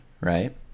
right